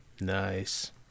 Nice